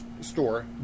store